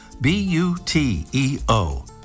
B-U-T-E-O